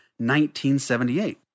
1978